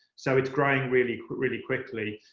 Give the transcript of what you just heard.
so it's growing really but really quickly.